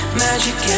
magic